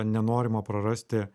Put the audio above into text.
nenorima prarasti